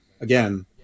again